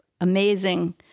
amazing